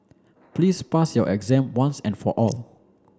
please pass your exam once and for all